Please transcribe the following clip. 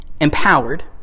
empowered